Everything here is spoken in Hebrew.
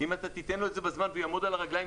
אם תיתן לו את זה בזמן והוא יעמוד על הרגליים,